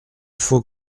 faut